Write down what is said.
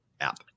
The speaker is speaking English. app